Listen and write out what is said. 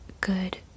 good